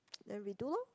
then redo lor